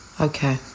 Okay